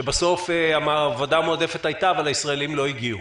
כשבסוף העבודה המועדפת הייתה אבל הישראלים לא הגיעו.